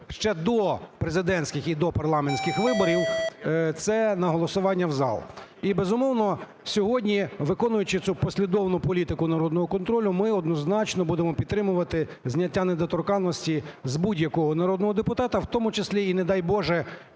ще до президентських і до парламентських виборів це на голосування в зал. І, безумовно, сьогодні, виконуючи цю послідовну політику народного контролю, ми однозначно будемо підтримувати зняття недоторканності з будь-якого народного депутата, в тому числі і, не дай Боже,